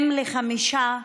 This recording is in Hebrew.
אם לחמישה,